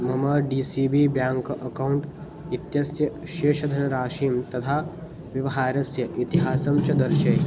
मम D C B bank account इत्यस्य शेषधनराशिं तथा व्यवहारस्य इतिहासं च दर्शय